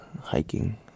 hiking